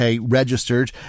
registered